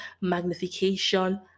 magnification